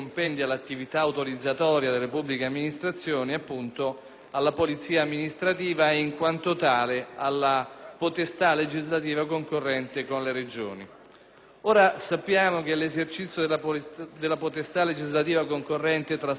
alla polizia amministrativa, in quanto tale alla potestà legislativa concorrente con le Regioni. Ora, sappiamo che l'esercizio della potestà legislativa concorrente tra Stato e Regione concerne l'individuazione dei criteri